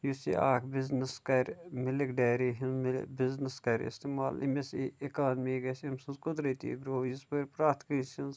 یُس یہِ اَکھ بِزنیٚس کَرِ مِلِک ڈیری ہنٛز بِزنیٚس کَرِ استعمال أمِس یی اِکانمی گژھہِ أمۍ سٕنٛز قُدرٔتی گرٛو یِژۍ بٲرۍ پرٛیٚتھ کٲنٛسہِ ہنٛز